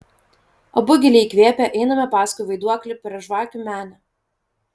abu giliai įkvėpę einame paskui vaiduoklį per žvakių menę